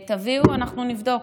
תביאו, אנחנו נבדוק.